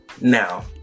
Now